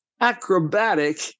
acrobatic